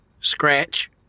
Scratch